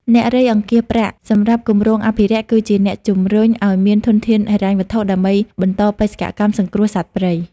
អ្នករៃអង្គាសប្រាក់ សម្រាប់គម្រោងអភិរក្ស គឺជាអ្នកជំរុញឱ្យមានធនធានហិរញ្ញវត្ថុដើម្បីបន្តបេសកកម្មសង្គ្រោះសត្វព្រៃ។